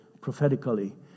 prophetically